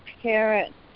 parents